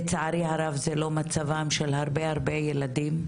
לצערי הרב זה לא מצבם של הרבה הרבה ילדים,